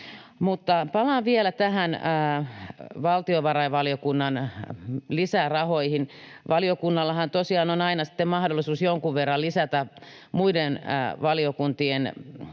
Palaan vielä näihin valtiovarainvaliokunnan lisärahoihin. Valiokunnallahan tosiaan on aina sitten mahdollisuus jonkun verran lisätä muiden valiokuntien